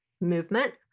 movement